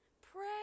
pray